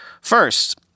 First